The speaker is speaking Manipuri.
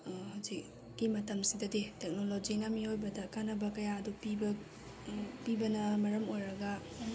ꯍꯧꯖꯤꯛꯀꯤ ꯃꯇꯝꯁꯤꯗꯗꯤ ꯇꯦꯛꯅꯣꯂꯣꯖꯤꯅ ꯃꯤꯑꯣꯏꯕꯗ ꯀꯥꯟꯅꯕ ꯀꯌꯥ ꯑꯗꯨ ꯄꯤꯕ ꯄꯤꯕꯅ ꯃꯔꯝ ꯑꯣꯏꯔꯒ